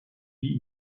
wie